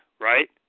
right